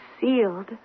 sealed